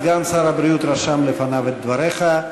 סגן שר הבריאות רשם לפניו את דבריך.